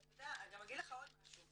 ואני גם אגיד לך עוד משהו,